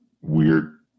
weird